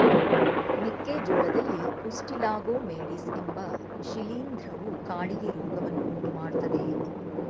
ಮೆಕ್ಕೆ ಜೋಳದಲ್ಲಿ ಉಸ್ಟಿಲಾಗೊ ಮೇಡಿಸ್ ಎಂಬ ಶಿಲೀಂಧ್ರವು ಕಾಡಿಗೆ ರೋಗವನ್ನು ಉಂಟುಮಾಡ್ತದೆ